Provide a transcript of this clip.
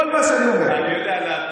כל מה שאני אומר, אני יודע להטיף.